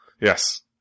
Yes